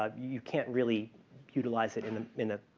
ah you can't really utilize it in a in ah